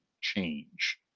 change